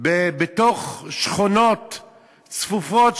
בנסיעה בתוך שכונות צפופות,